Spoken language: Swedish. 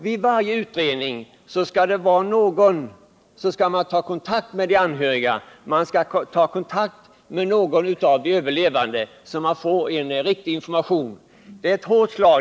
Vid varje utredning borde man ta kontakt med de anhöriga och med någon av de överlevande så att man får riktig information.